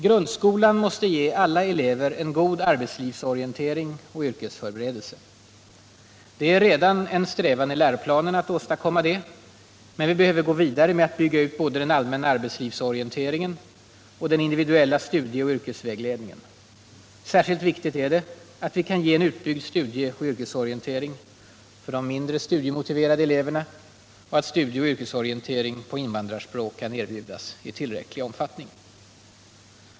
Grundskolan måste ge alla elever en god arbetslivsorientering och yrkesförberedelse. Det är redan en strävan i läroplanerna att åstadkomma det. Men vi behöver gå vidare med att bygga ut både den allmänna arbetslivsorienteringen och den individuella studieoch yrkesvägledningen. Särskilt viktigt är det, att vi kan ge en utbyggd studieoch yrkesorientering för de mindre studiemotiverade eleverna och att syo på invandrarspråk kan erbjudas i tillräcklig omfattning.